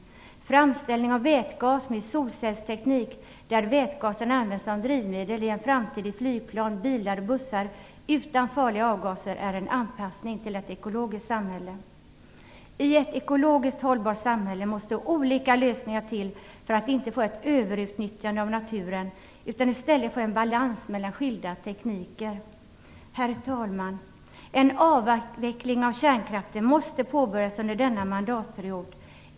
Framställning av vätgas med solcellsteknik, där vätgasen i en framtid används som drivmedel i flygplan, bilar och bussar utan farliga avgaser är en anpassning till ett ekologiskt samhälle. I ett ekologiskt hållbart samhälle måste olika lösningar till för att man inte skall få ett överutnyttjande av naturen utan i stället en balans mellan skilda tekniker. Herr talman! En avveckling av kärnkraften måste påbörjas under denna mandatperiod.